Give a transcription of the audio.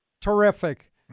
Terrific